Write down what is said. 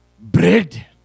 bread